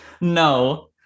no